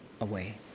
away